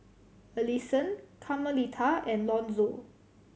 Allisson Carmelita and Lonzo